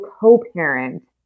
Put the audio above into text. co-parent